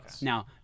Now